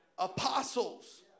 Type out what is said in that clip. Apostles